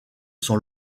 sont